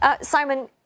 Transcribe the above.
Simon